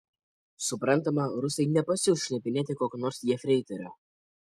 suprantama rusai nepasiųs šnipinėti kokio nors jefreiterio